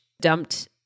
dumped